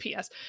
PS